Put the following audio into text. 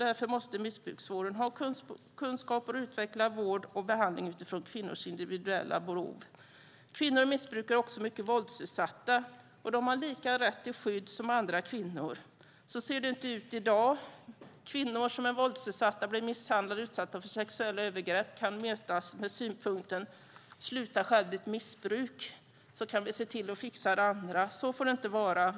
Därför måste missbruksvården ha kunskaper och utveckla vård och behandling utifrån kvinnors individuella behov. Kvinnliga missbrukare är också våldsutsatta, och de har samma rätt till skydd som andra kvinnor. Så ser det inte ut i dag. Kvinnor som är våldsutsatta, blir misshandlade och utsatta för sexuella övergrepp kan mötas med synpunkten: Sluta själv med ditt missbruk så kan vi se till att fixa det andra. Så får det inte vara.